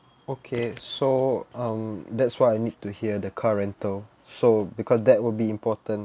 okay so um that's what I need to hear the car rental so because that will be important